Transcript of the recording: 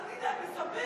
אל תדאג, נספח.